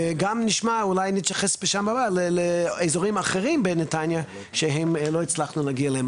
וגם נשמע באזורים אחרים בנתניה שלא הצלחנו להגיע אליהם.